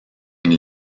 une